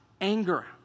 anger